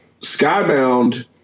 Skybound